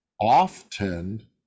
Often